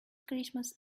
christmas